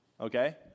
okay